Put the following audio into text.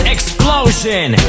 Explosion